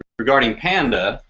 regarding panda,